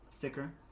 thicker